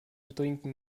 betrinken